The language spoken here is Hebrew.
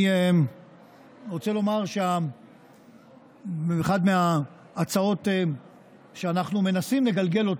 אני רוצה לומר שבאחת ההצעות שאנחנו מנסים לגלגל,